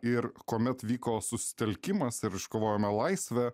ir kuomet vyko susitelkimas ir iškovojome laisvę